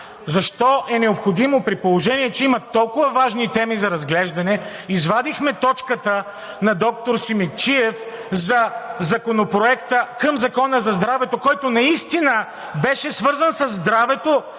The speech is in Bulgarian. Защо е необходимо, при положение че има толкова важни теми за разглеждане, извадихме точката на доктор Симидчиев за Законопроекта към Закона за здравето, който наистина беше свързан със здравето